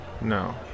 No